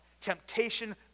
temptation